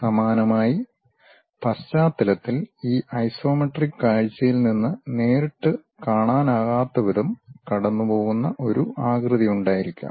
സമാനമായി പശ്ചാത്തലത്തിൽ ഈ ഐസോമെട്രിക് കാഴ്ചയിൽ നിന്ന് നേരിട്ട് കാണാനാകാത്തവിധം കടന്നുപോകുന്ന ഒരു ആകൃതി ഉണ്ടായിരിക്കാം